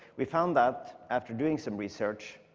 we found out, after doing some research,